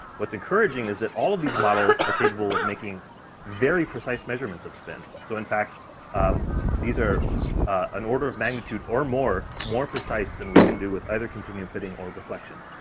what's encouraging is that all of these models are capable of making very precise measurements of spin, so in fact um these are an order of magnitude or more more precise than we can do with either continuum fitting or reflection.